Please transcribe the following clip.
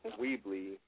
Weebly